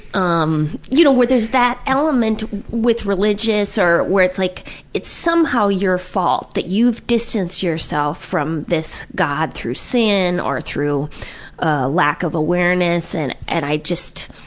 um, you know where there's that element with religious or where it's like it's somehow your fault that you've distanced yourself from this god through sin or through ah, lack of awareness and and i just.